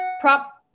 Prop